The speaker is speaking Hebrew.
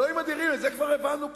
אלוהים אדירים, את זה כבר הבנו כולנו.